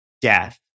death